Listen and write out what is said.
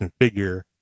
configure